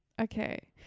Okay